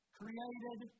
created